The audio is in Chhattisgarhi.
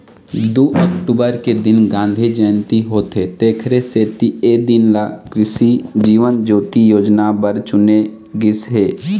दू अक्टूबर के दिन गांधी जयंती होथे तेखरे सेती ए दिन ल कृसि जीवन ज्योति योजना बर चुने गिस हे